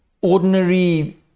ordinary